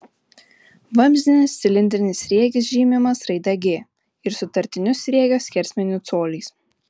vamzdinis cilindrinis sriegis žymimas raide g ir sutartiniu sriegio skersmeniu coliais